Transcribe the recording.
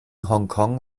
hongkong